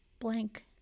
Blank